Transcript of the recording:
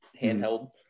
handheld